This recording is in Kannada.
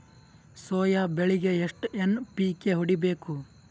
ಸೊಯಾ ಬೆಳಿಗಿ ಎಷ್ಟು ಎನ್.ಪಿ.ಕೆ ಹೊಡಿಬೇಕು?